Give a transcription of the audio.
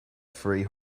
free